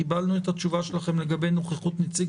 קיבלנו את התשובה שלכם לגבי נוכחות נציג